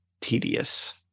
tedious